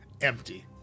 empty